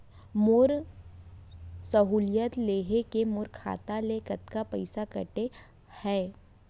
मोर सहुलियत लेहे के मोर खाता ले कतका पइसा कटे हवये?